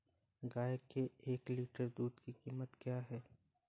गाय के एक लीटर दूध की कीमत क्या है?